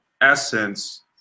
essence